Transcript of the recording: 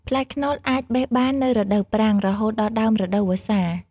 ផ្លែខ្នុរអាចបេះបាននៅរដូវប្រាំង រហូតដល់ដើមរដូវវស្សា។